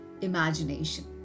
imagination